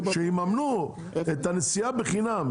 הם שילמו את זה מעצמם?